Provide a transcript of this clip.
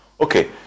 okay